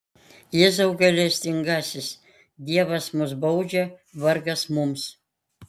jėzau gailestingasis dievas mus baudžia vargas mums